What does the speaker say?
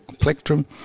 plectrum